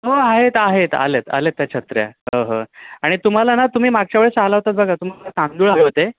हो आहेत आहेत आले आहेत आले आहेत त्या छत्र्या हो हो आणि तुम्हाला ना तुम्ही मागच्या वेळेस आला होतात बघा तुम्हाला तांदूळ हवे होते